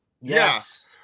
Yes